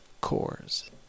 cores